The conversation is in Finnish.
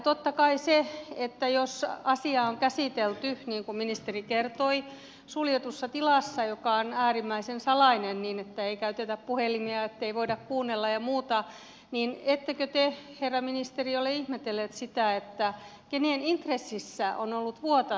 totta kai jos asiaa on käsitelty niin kuin ministeri kertoi suljetussa tilassa joka on äärimmäisen salainen niin että ei käytetä puhelimia ettei voida kuunnella ja muuta niin ettekö te herra ministeri ole ihmetellyt sitä kenen intressissä on ollut vuotaa tätä